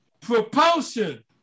propulsion